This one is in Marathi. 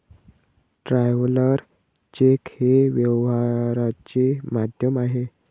ट्रॅव्हलर चेक हे व्यवहाराचे माध्यम आहे